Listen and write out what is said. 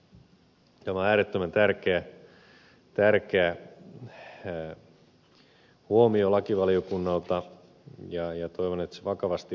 tämä on äärettömän tärkeä huomio lakivaliokunnalta ja toivon että se vakavasti otetaan